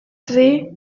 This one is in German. see